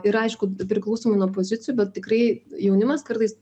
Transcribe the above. ir aišku priklausomai nuo pozicijų bet tikrai jaunimas kartais